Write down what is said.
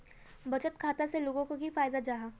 बचत खाता से लोगोक की फायदा जाहा?